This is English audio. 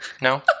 no